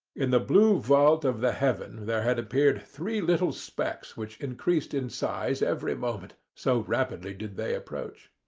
in the blue vault of the heaven there had appeared three little specks which increased in size every moment, so rapidly did they approach.